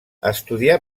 estudià